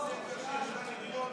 בספר שלך אפשר לקרוא,